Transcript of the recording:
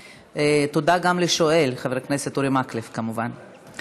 תודה גם לשואל חבר הכנסת אורי מקלב, כמובן.